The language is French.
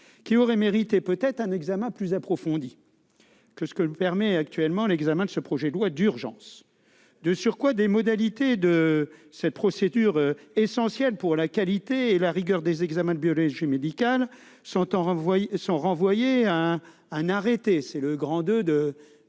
elle aurait mérité, peut-être, un examen plus approfondi que ce que permet l'examen de ce projet de loi d'urgence. De surcroît, certaines modalités de cette procédure essentielle pour la qualité et la rigueur des examens de biologie médicale sont renvoyées à un arrêté- c'est le II de